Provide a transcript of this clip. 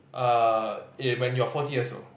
uh eh when you're forty years old